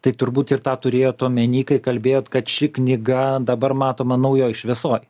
tai turbūt ir tą turėjot omeny kai kalbėjot kad ši knyga dabar matoma naujoj šviesoj